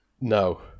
No